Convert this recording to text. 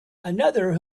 another